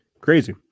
Crazy